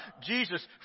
Jesus